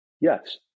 Yes